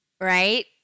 right